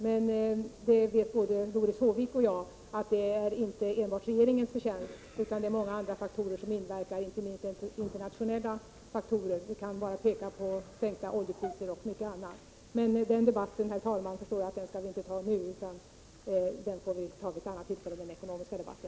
Men både Doris Håvik och jag vet att det inte enbart är regeringens förtjänst. Det är många andra faktorer som inverkar, inte minst internationella faktorer. Vi kan bara peka på sänkta oljepriser och mycket annat. Men den ekonomiska debatten skall vi inte föra nu. Den får vi ta vid ett annat tillfälle.